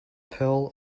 pearl